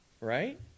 right